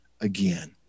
again